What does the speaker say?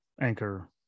Anchor